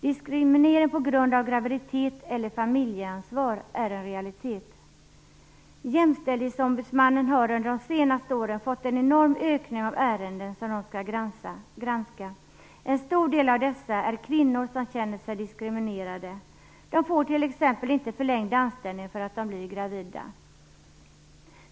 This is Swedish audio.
Diskriminering på grund av graviditet eller familjeansvar är en realitet. Jämställdhetsombudsmannen har under de senaste åren fått en enorm ökning av ärenden att granska. En stor del av dessa gäller kvinnor som känner sig diskriminerade. De får t.ex. inte förlängd anställning när de blir gravida.